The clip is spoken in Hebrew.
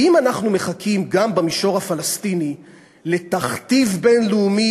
האם אנחנו מחכים גם במישור הפלסטיני לתכתיב בין-לאומי